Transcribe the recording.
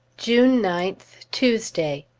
june ninth, tuesday.